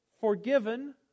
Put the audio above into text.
forgiven